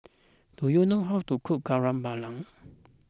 do you know how to cook Kari Babi